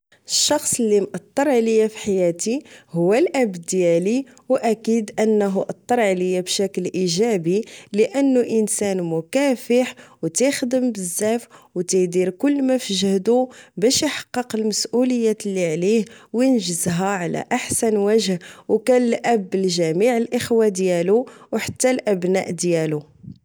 الشخص لي مأتر عليا فحياتي هو الأب ديالي أو أكيد أنه أتر عليا بشكل إيجابي لأنو إنسان مكافح أو تيخدم بزاف أو تيدير كل مافجهدو باش إحقق المسؤوليات لي عليه وينجزها على أحسن وجه أوكان الأب لجميع الإخوة ديالو أو حتى الأبناء ديالو